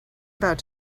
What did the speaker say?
about